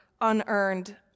unearned